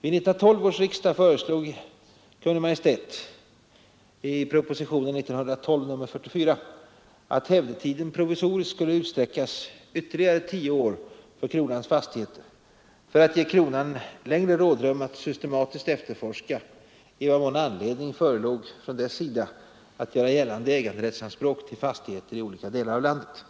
Vid 1912 års riksdag föreslog Kungl. Maj:t att hävdetiden provisoriskt skulle utsträckas ytterligare tio år för kronans fastigheter, för att ge kronan längre rådrum att systematiskt efterforska i vad mån anledning förelåg från dess sida att göra gällande äganderättsanspråk till fastigheter i olika delar av landet.